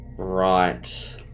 Right